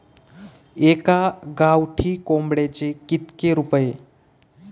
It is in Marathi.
एका गावठी कोंबड्याचे कितके रुपये?